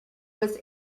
was